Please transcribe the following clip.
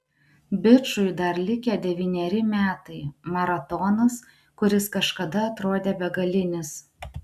bičui dar likę devyneri metai maratonas kuris kažkada atrodė begalinis